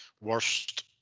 Worst